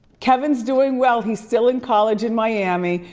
kevin's doing well, he's still in college in miami,